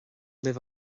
libh